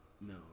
no